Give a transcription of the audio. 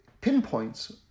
pinpoints